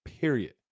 Period